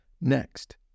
Next